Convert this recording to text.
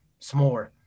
smore